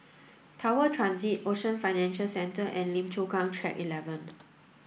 Tower Transit Ocean Financial Centre and Lim Chu Kang Track eleven